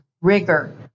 rigor